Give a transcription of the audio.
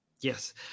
Yes